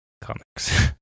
Comics